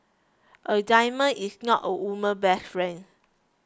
a diamond is not a woman's best friend